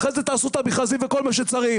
ואחרי זה תעשו את המכרזים וכל מה שצריך.